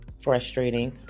frustrating